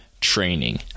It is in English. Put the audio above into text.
training